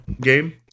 game